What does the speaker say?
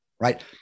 right